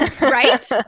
right